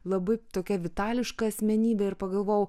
labai tokia vitališka asmenybė ir pagalvojau